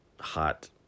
hot